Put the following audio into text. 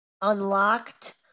unlocked